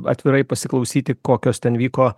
atvirai pasiklausyti kokios ten vyko